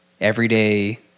Everyday